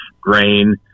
grain